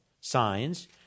signs